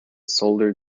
solder